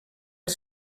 els